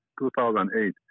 2008